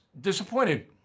disappointed